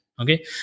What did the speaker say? Okay